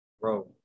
bro